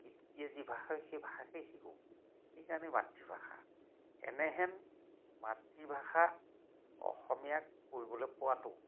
পিতৃয়ে যি ভাষা কয় সেই ভাষাকেই শিকোঁ সেইকাৰণে মাতৃভাষা এনেহেন মাতৃভাষা অসমীয়াক কৰিবলৈ পোৱাতো